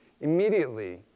Immediately